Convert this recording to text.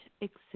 exist